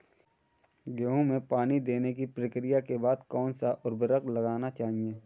गेहूँ में पानी देने की प्रक्रिया के बाद कौन सा उर्वरक लगाना चाहिए?